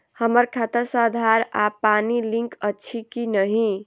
हम्मर खाता सऽ आधार आ पानि लिंक अछि की नहि?